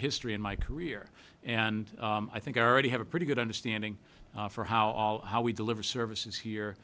history in my career and i think i already have a pretty good understanding for how how we deliver services here